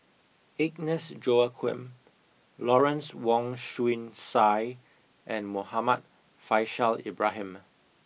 Agnes Joaquim Lawrence Wong Shyun Tsai and Muhammad Faishal Ibrahim